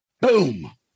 Boom